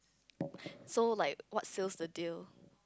so like what sells the deal